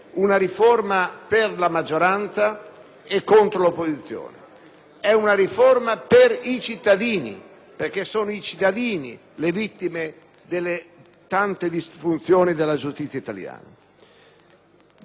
È una riforma per i cittadini, perché sono i cittadini le vittime delle tante disfunzioni della giustizia italiana. L'inizio delle sue comunicazioni è stato veramente ottimo, onorevole Ministro.